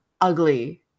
ugly